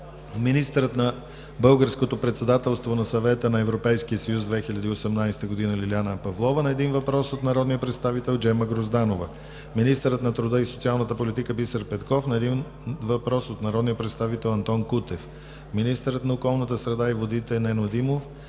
министърът за българското председателство на Съвета на Европейския съюз 2018 г. Лиляна Павлова – на 1 въпрос от народния представител Джема Грозданова; - министърът на труда и социалната политика Бисер Петков – на 1 въпрос от народния представител Антон Кутев; - министърът на околната среда и водите Нено Димов